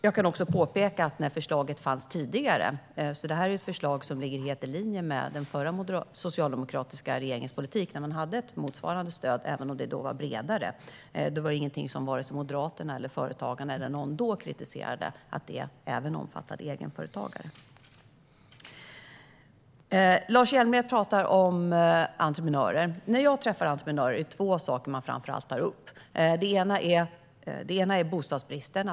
Jag vill också påpeka att det är ett förslag som har funnits tidigare och som ligger helt i linje med den förra socialdemokratiska regeringens politik. Då hade man ett motsvarande stöd, även om det var bredare. Och då kritiserade vare sig Moderaterna, Företagarna eller någon annan att även egenföretagare omfattades. Lars Hjälmered talar om entreprenörer. När jag träffar entreprenörer tar de framför allt upp tre saker. Det ena är bostadsbristen.